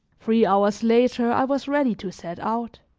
three hours later i was ready to set out,